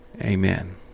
Amen